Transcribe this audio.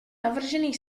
navržený